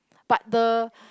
but the